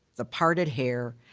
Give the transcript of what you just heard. the parted hair,